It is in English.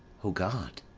o god!